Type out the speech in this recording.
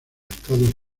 estados